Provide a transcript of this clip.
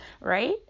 Right